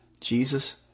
Jesus